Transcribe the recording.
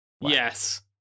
Yes